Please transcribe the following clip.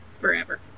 forever